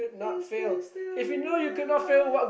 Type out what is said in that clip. is this the real life